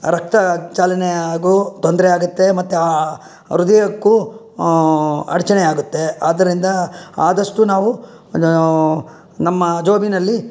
ರಕ್ತಚಲನೆ ಆಗೋ ತೊಂದರೆ ಆಗುತ್ತೆ ಮತ್ತು ಆ ಹೃದಯಕ್ಕೂ ಅಡಚಣೆ ಆಗುತ್ತೆ ಆದ್ದರಿಂದ ಆದಷ್ಟು ನಾವು ನಮ್ಮ ಜೇಬಿನಲ್ಲಿ